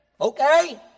okay